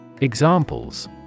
Examples